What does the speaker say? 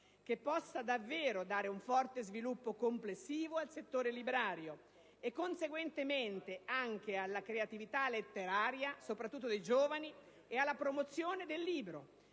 che possa davvero dare un forte sviluppo complessivo al settore librario e, conseguentemente, anche alla creatività letteraria (soprattutto dei giovani) ed alla promozione del libro,